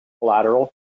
collateral